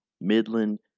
Midland